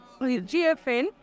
GFN